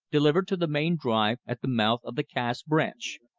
delivered to the main drive at the mouth of the cass branch.